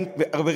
מחירי הכרטיסים,